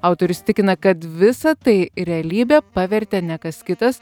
autorius tikina kad visa tai realybe pavertė ne kas kitas